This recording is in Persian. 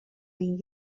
این